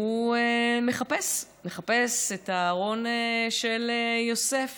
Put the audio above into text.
הוא מחפש, מחפש את הארון של יוסף